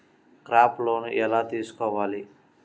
Crop loan ఎలా తీసుకోవాలి?